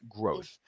growth